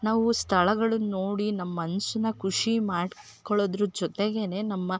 ನಾವು ಸ್ಥಳಗಳನ್ ನೋಡಿ ನಮ್ಮ ಮನ್ಸು ಖುಷಿ ಮಾಡ್ಕೊಳೋದ್ರ ಜೊತೆಗೇನೆ ನಮ್ಮ